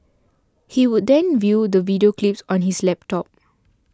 he would then view the video clips on his laptop